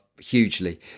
hugely